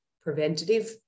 preventative